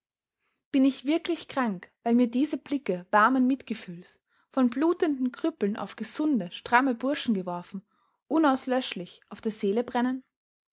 bin ich wirklich krank weil mir diese blicke warmen mitgefühls von blutenden krüppeln auf gesunde stramme burschen geworfen unauslöschlich auf der seele brennen